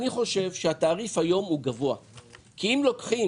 אני חושב